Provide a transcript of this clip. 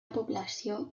població